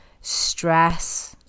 stress